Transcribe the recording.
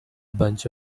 bunch